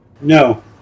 No